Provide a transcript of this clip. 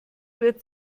wird